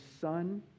Son